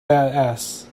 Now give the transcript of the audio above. badass